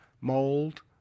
mold